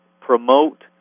promote